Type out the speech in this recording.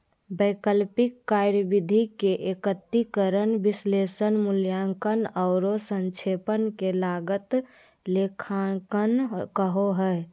वैकल्पिक कार्यविधि के एकत्रीकरण, विश्लेषण, मूल्यांकन औरो संक्षेपण के लागत लेखांकन कहो हइ